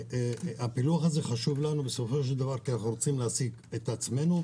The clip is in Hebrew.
הפילוח הזה חשוב לנו כי אנחנו רוצים להעסיק את עצמנו,